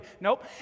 Nope